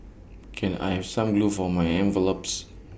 can I have some glue for my envelopes